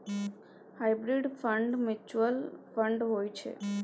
hybrid fund mutual fund होइ छै